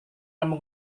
kamu